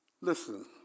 Listen